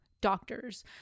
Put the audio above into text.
doctors